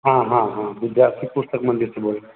हाँ हाँ हाँ विद्यार्थी पुस्तक मंदिर से बोल रहें